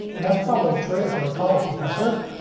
and that's probably true if you're a college professor,